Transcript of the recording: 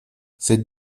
c’est